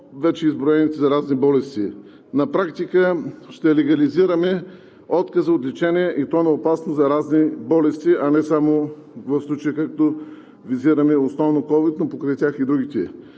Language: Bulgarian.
вече изброените заразни болести. На практика ще легализираме отказа от лечение, и то на опасни заразни болести, а не само в случаи, като визирания основно ковид, но покрай тях и другите.